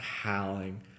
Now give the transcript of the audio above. howling